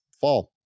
fall